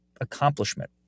accomplishment